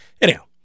Anyhow